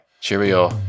Cheerio